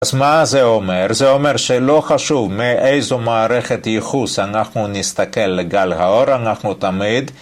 אז מה זה אומר? זה אומר שלא חשוב מאיזו מערכת ייחוס אנחנו נסתכל לגל האור, אנחנו תמיד